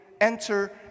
enter